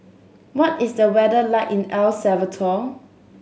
what is the weather like in El Salvador